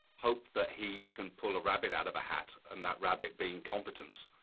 hope that he can pull a rabbitt out of a hat, and that rabbitt being competence.